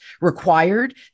required